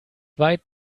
weit